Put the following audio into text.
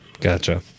Gotcha